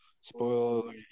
spoiler